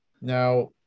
Now